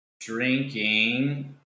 drinking